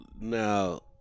now